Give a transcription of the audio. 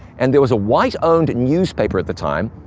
and there was a white-owned newspaper at the time,